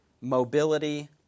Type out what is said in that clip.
mobility